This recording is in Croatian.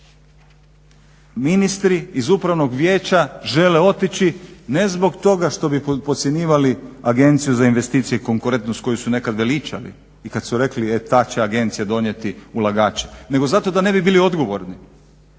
ministri iz upravnog vijeća žele otići ne zbog toga što bi podcjenjivali Agenciju za investicije i konkurentnost koju su nekad veličali i kad su rekli e ta će agencija donijeti ulagače nego zato da ne bi bili odgovorni.